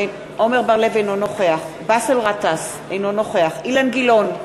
אינו נוכח באסל גטאס, אינו נוכח אילן גילאון,